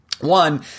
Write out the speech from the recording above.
One